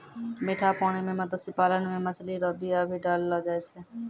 मीठा पानी मे मत्स्य पालन मे मछली रो बीया भी डाललो जाय छै